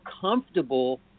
comfortable